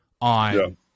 on